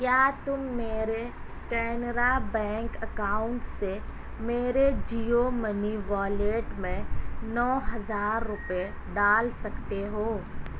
کیا تم میرے کینرا بینک اکاؤنٹ سے میرے جیو منی والیٹ میں نو ہزار روپے ڈال سکتے ہو